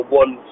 one